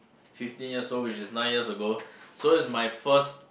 fifteen years old which is nine years ago so is my first